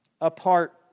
apart